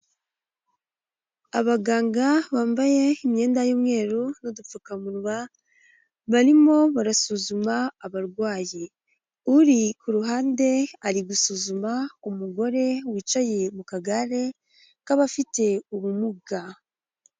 Abaganga bambaye imyenda y'umweru n'udupfukamunwa barimo barasuzuma abarwayi, uri ku ruhande ari gusuzuma umugore wicaye mu kagare k'abafite ubumuga.